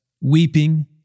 weeping